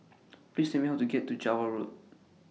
Please Tell Me How to get to Java Road